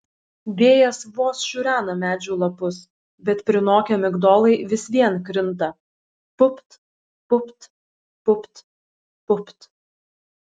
vėjas vos šiurena medžių lapus bet prinokę migdolai vis vien krinta pupt pupt pupt pupt